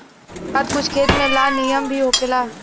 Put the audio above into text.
खर पात कुछ खेत में ला निमन भी होखेला